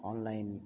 online